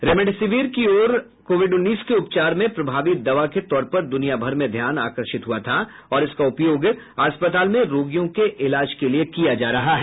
remdesivir की ओर COVID उन्नीस के उपचार में प्रभावी दवा के तौर पर दुनिया भर में ध्यान आकर्षित हुआ था और इसका उपयोग अस्पताल में रोगियों के इलाज के लिए किया जा रहा है